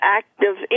active